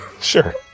Sure